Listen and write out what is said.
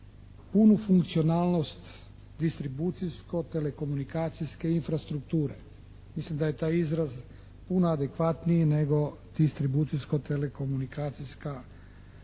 punu funkcionalnost distribucijsko-telekomunikacijske infrastrukture. Mislim da je taj izraz puno adekvatniji nego distribucijsko-telekomunikacijska kanalizacija.